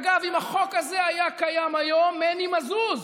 אגב, אם החוק הזה היה קיים היום, מני מזוז,